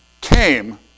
came